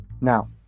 Now